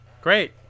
Great